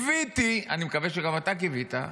וקיוויתי, אני מקווה שגם אתה קיווית,